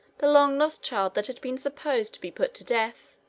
the long-lost child, that had been supposed to be put to death.